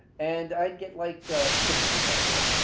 and i'd get like fifty percent of them.